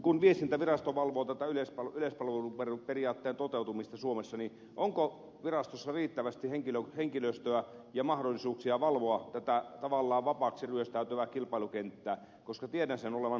kun viestintävirasto valvoo tätä yleispalveluperiaatteen toteutumista suomessa niin onko virastossa riittävästi henkilöstöä ja mahdollisuuksia valvoa tätä tavallaan vapaaksi ryöstäytyvää kilpailukenttää koska tiedän sen olevan haastavaa